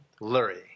Lurie